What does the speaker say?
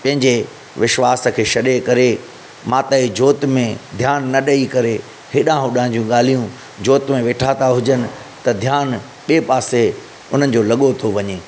पंहिंजे विश्वास खे छॾे करे माता जी जोति में ध्यानु न ॾेई करे हेॾां होॾां जूं ॻाल्हियूं जोति में वेठा था हुजनि त ध्यानु ॿिए पासे हुननि जो लॻो थो वञे